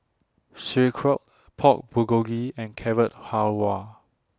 Sauerkraut Pork Bulgogi and Carrot Halwa